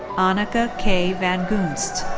annika kay van gunst.